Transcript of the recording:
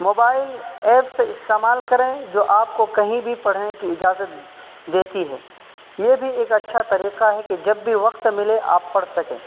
mobile apps استعمال کریں جو آپ کو کہیں بھی پڑھنے کی اجازت دیتی ہے یہ بھی ایک اچھا طریقہ ہے کہ جب بھی وقت ملے آپ پڑھ سکیں